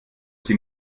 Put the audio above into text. sie